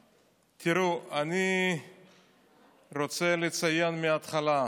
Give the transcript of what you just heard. תראו, אני רוצה לציין מההתחלה,